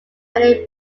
many